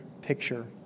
picture